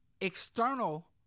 external